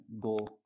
go